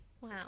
wow